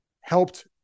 helped